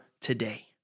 today